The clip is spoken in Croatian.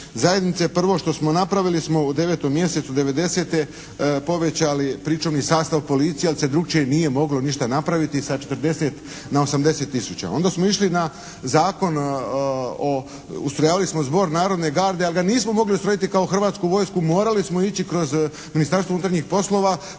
zajednice. Prvo što smo napravili smo u devetom mjesecu devedesete povećali pričuvni sastav policije, jer se drukčije nije moglo ništa napraviti sa 40 na 80 000. Onda smo išli na zakon o, ustrojavali smo Zbor narodne garde, ali ga nismo mogli ustrojiti kao Hrvatsku vojsku. Morali smo ići kroz Ministarstvo unutarnjih poslova